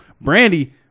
Brandy